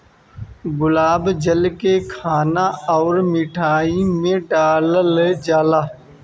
गुलाब जल के खाना अउरी मिठाई में डालल जाला